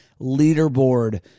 leaderboard